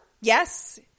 Yes